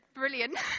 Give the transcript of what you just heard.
brilliant